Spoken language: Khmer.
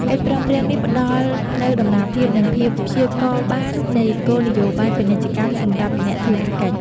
កិច្ចព្រមព្រៀងនេះផ្ដល់នូវតម្លាភាព និងភាពព្យាករណ៍បាននៃគោលនយោបាយពាណិជ្ជកម្មសម្រាប់អ្នកធុរកិច្ច។